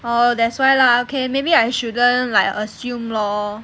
oh that's why lah okay maybe I shouldn't like assume lor